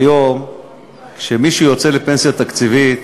היום כשמישהו יוצא לפנסיה תקציבית,